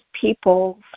people